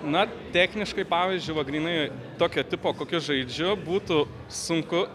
na techniškai pavyzdžiui va grynai tokio tipo kokius žaidžiu būtų sunku